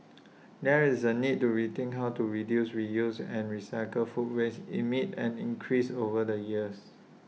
there is A need to rethink how to reduce reuse and recycle food waste amid an increase over the years